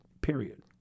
period